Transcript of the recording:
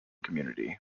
community